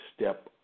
step